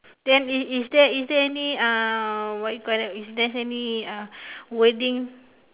then is is is there is there any uh what you call that is there's any uh wording